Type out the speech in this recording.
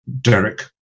Derek